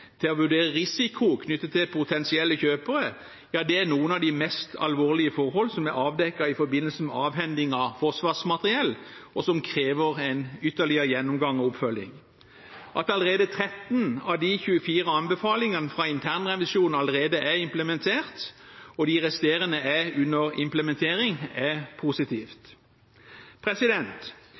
til å vurdere risiko knyttet til potensielle kjøpere er noen av de mest alvorlige forhold som er avdekket i forbindelse med avhendingen av forsvarsmateriell, og som krever en ytterligere gjennomgang og oppfølging. At 13 av de 24 anbefalingene fra internrevisjonen allerede er implementert, og de resterende er under implementering, er positivt.